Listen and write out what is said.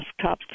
desktops